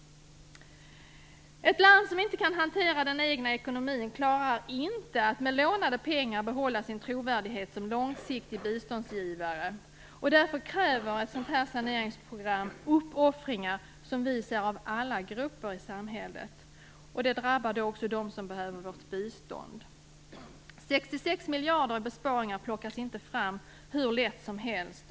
Ett land som inte kan hantera den egna ekonomin klarar inte att med lånade pengar behålla sin trovärdighet som långsiktig biståndsgivare. Därför kräver ett sådant här saneringsprogram uppoffringar av alla grupper i samhället. Detta drabbar alltså också dem som behöver vårt bistånd. 66 miljarder i besparingar plockas inte fram hur lätt som helst.